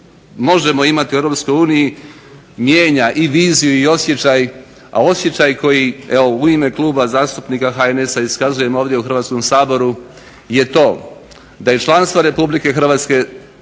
možemo imati u Europskoj uniji mijenja i viziju i osjećaj, a osjećaj koji evo u ime Kluba zastupnika HNS-a iskazujem ovdje u Hrvatskom saboru je to da je članstvo Republike Hrvatske